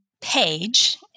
page